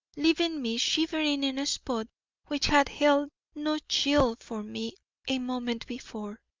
leaving me shivering in a spot which had held no chill for me a moment before.